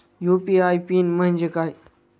UPI PIN म्हणजे काय?